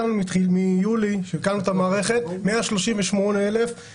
ביולי הקמנו את המערכת ומאז היו 138,727